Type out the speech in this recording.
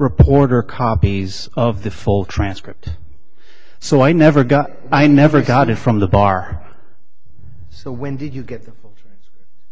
reporter copies of the full transcript so i never got i never got it from the bar so when did you get